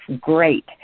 great